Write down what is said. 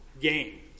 gain